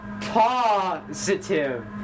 positive